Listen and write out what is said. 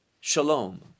Shalom